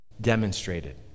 Demonstrated